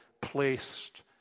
placed